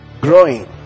growing